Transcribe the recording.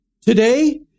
Today